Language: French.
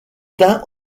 tint